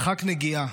מרחק נגיעה,